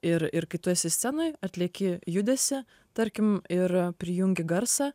ir ir kai tu esi scenoj atlieki judesį tarkim ir a prijungi garsą